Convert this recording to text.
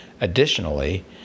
Additionally